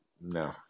no